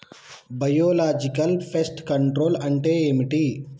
Biological pest control అంటే ఏమిటి?